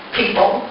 people